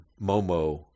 momo